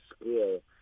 school